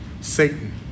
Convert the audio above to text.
Satan